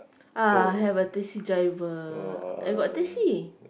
ah have a taxi driver I got taxi